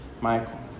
Michael